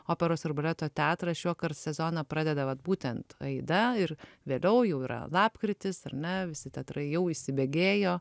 operos ir baleto teatras šiuokart sezoną pradeda vat būtent aida ir vėliau jau yra lapkritis ar ne visi teatrai jau įsibėgėjo